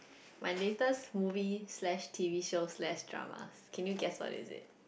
my latest movie slash t_v shows slash drama can you guess what is it